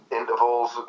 Intervals